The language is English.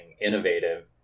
innovative